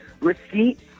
receipt